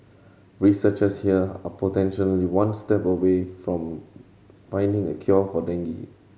researchers here are potentially one step away from finding a cure for dengue